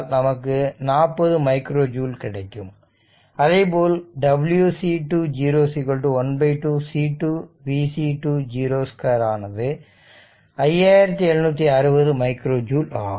நமக்கு 40 micro joule கிடைக்கும் அதேபோல் w C2 0 ½ C2 v C2 0 2 ஆனது 5760 மைக்ரோ ஜூ ல் ஆகும்